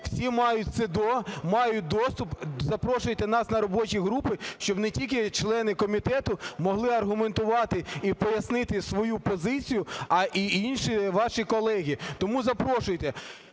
Всі мають СЕДО, мають доступ, запрошуйте нас на робочі групи, щоб не тільки члени комітету могли аргументувати і пояснити свою позиції, а й інші ваші колеги, тому запрошуйте.